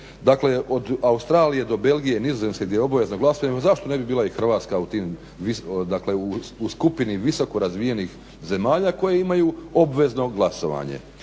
Dakle, od Australije do Belgije, Nizozemske gdje je obavezno glasovanje, zašto ne bi bila i Hrvatska u toj skupini visoko razvijenih zemalja koje imaju obvezno glasovanje.